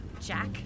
Jack